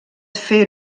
fer